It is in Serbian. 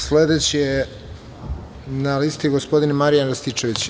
Sledeći na listi je gospodin Marijan Rističević.